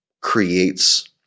creates